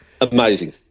Amazing